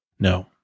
No